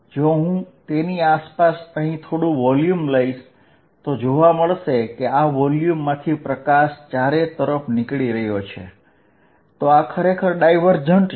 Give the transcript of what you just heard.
જો હું તેની આસપાસ અહીં થોડું વોલ્યુમ લઈશ તો જોવા મળે છે કે આ વોલ્યુમમાંથી પ્રકાશ ચારે તરફ નીકળી રહ્યો છે તો આ ખરેખર ડાયવર્જેન્ટ છે